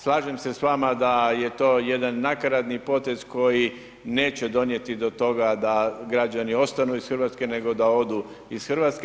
Slažem se s vama da je to jedan nakaradni potez koji neće donijeti do toga da građani ostanu iz RH, nego da odu iz RH.